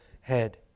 head